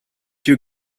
your